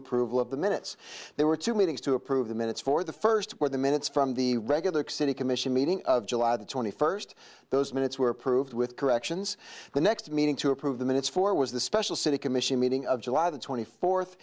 approval of the minutes there were two meetings to approve the minutes for the first or the minutes from the regular city commission meeting of july the twenty first those minutes were approved with corrections the next meeting to approve the minutes for was the special city commission meeting of july the twenty fourth